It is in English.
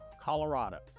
Colorado